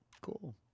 Cool